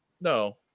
No